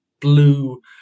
blue